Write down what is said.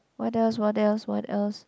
what else what else what else